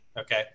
Okay